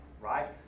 Right